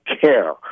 care